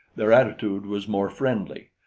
their attitude was more friendly.